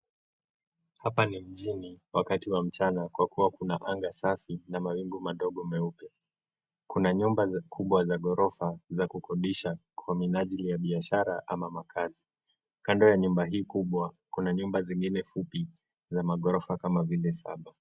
Hapa ni mjini wakati wa mchana, kwa kuwa kuna anga safi, na mawingu madogo meupe. Kuna nyumba za, kubwa za ghorofa, za kukodisha, kwa minajili ya biashara, ama makazi. Kando ya nyumba hii kubwa, kuna nyumba zingine fupi, za maghorofa kama vile saba.